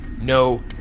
no